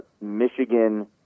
Michigan